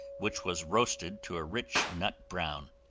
which was roasted to a rich nut-brown.